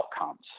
outcomes